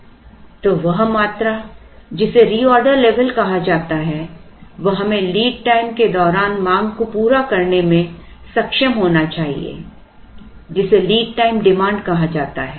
तो वह मात्रा जिसे रीऑर्डर लेवल कहा जाता है वह हमें लीड टाइम के दौरान मांग को पूरा करने में सक्षम होना चाहिए जिसे लीड टाइम डिमांड कहा जाता है